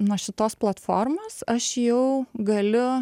nuo šitos platformos aš jau galiu